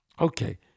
Okay